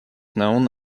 known